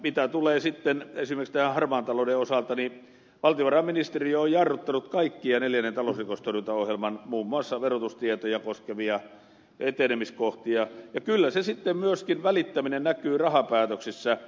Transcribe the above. mitä tulee sitten esimerkiksi harmaaseen ta louteen niin valtiovarainministeriö on jarruttanut muun muassa kaikkia neljännen talousrikostorjuntaohjelman verotustietoja koskevia etenemiskohtia ja kyllä se välittäminen sitten myöskin näkyy rahapäätöksissä